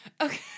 okay